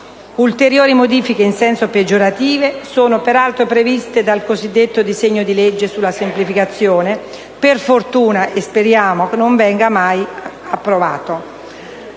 Ulteriori modifiche in senso peggiorativo sono peraltro previste dal cosiddetto disegno di legge di "semplificazione", per fortuna - e speriamo mai lo sarà - non approvato.